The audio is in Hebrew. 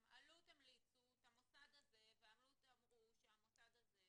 הם כותבים: אלו"ט המליצו את המוסד הזה ואלו"ט אמרו שהמוסד הזה.